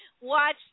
watch